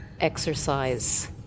exercise